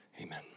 amen